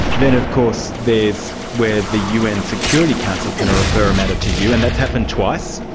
then, of course, there's where the un security council can refer a matter to you, and that's happened twice,